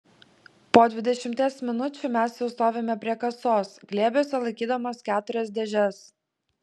po dvidešimties minučių mes jau stovime prie kasos glėbiuose laikydamos keturias dėžes